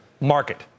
market